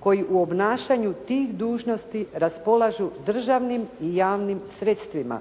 koji u obnašanju tih dužnosti raspolažu državnim i javnim sredstvima,